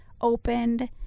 opened